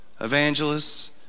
evangelists